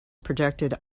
projected